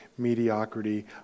mediocrity